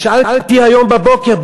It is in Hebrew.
שאלתי היום בבוקר,